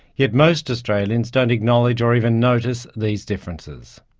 yet most australians don't acknowledge or even notice these differences.